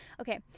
okay